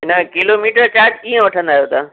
न kilometre charge तव्हां कीअं वठंदा आयो तव्हां